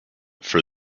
for